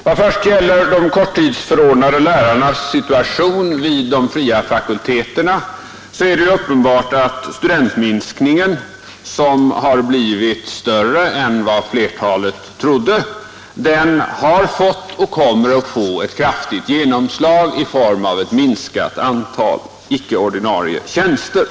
Vad först gäller de korttidsförordnade lärarnas situation vid de fria fakulteterna så är det uppenbart att studentminskningen, som har blivit större än vad flertalet trodde, har fått och kommer att få ett kraftigt genomslag i form av ett minskat antal icke-ordinarie tjänster.